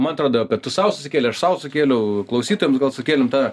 man atrodo kad tu sau susikėlei aš sau sukėliau klausytojams gal sukėlėm tą